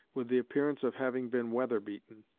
with the appearance of having been weather-beaten,